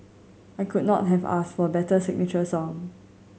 I could not have asked for better signature song